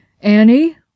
Annie